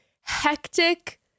hectic